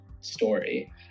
story